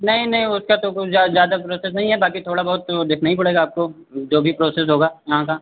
नहीं नहीं उसका तो कुछ ज़्यादा प्रोसेस नहीं है बाक़ी थोड़ा बहुत तो देखना ही पड़ेगा आपको जो भी प्रोसेस होगा यहाँ का